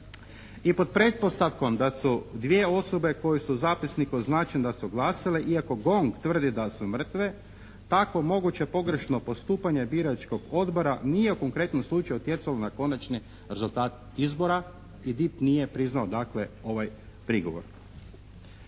I pod pretpostavkom da su dvije osobe koje su u zapisniku označene da su glasale iako GONG tvrdi da su mrtve tako moguće pogrešno postupanje biračkog odbora nije u konkretnom slučaju utjecalo na konačni rezultat izbora i DIP nije priznao dakle ovaj prigovor.